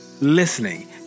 listening